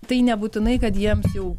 tai nebūtinai kad jiems jau